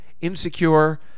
Insecure